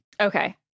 Okay